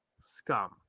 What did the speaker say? scum